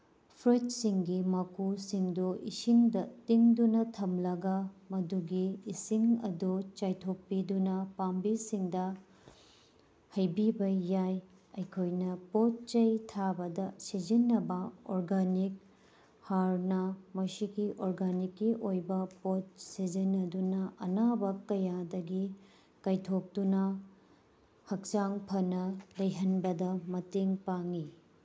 ꯐ꯭ꯔꯨꯠꯁꯤꯡꯒꯤ ꯃꯀꯨꯁꯤꯡꯗꯨ ꯏꯁꯤꯡꯗ ꯇꯤꯡꯗꯨꯅ ꯊꯝꯂꯒ ꯃꯗꯨꯒꯤ ꯏꯁꯤꯡ ꯑꯗꯨ ꯆꯥꯏꯊꯣꯛꯄꯤꯗꯨꯅ ꯄꯥꯝꯕꯤꯁꯤꯡꯗ ꯍꯩꯕꯤꯕ ꯌꯥꯏ ꯑꯩꯈꯣꯏꯅ ꯄꯣꯠ ꯆꯩ ꯊꯥꯕꯗ ꯁꯤꯖꯤꯟꯅꯕ ꯑꯣꯔꯒꯥꯅꯤꯛ ꯍꯥꯔꯅ ꯃꯁꯤꯒꯤ ꯑꯣꯏꯒꯥꯅꯤꯛꯀꯤ ꯑꯣꯏꯕ ꯄꯣꯠ ꯁꯤꯖꯤꯟꯅꯗꯨꯅ ꯑꯅꯥꯕ ꯀꯌꯥꯗꯒꯤ ꯀꯥꯏꯊꯣꯛꯇꯨꯅ ꯍꯛꯆꯥꯡ ꯐꯅ ꯂꯩꯍꯟꯕꯗ ꯃꯇꯦꯡ ꯄꯥꯡꯏ